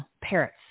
parrots